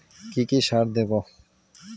কি কি সার দেবো?